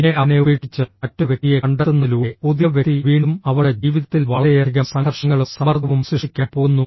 പിന്നെ അവനെ ഉപേക്ഷിച്ച് മറ്റൊരു വ്യക്തിയെ കണ്ടെത്തുന്നതിലൂടെ പുതിയ വ്യക്തി വീണ്ടും അവളുടെ ജീവിതത്തിൽ വളരെയധികം സംഘർഷങ്ങളും സമ്മർദ്ദവും സൃഷ്ടിക്കാൻ പോകുന്നു